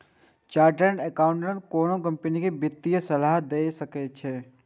chartered accountant कोनो company कें वित्तीय सलाह दए सकै छै